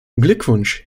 glückwunsch